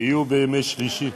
יהיו בימי שלישי.